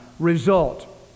result